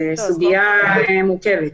זאת סוגיה מורכבת.